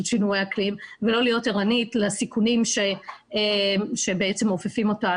שינויי אקלים ולא להיות ערנית לסיכונים שבעצם אופפים אותה.